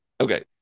Okay